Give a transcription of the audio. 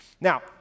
now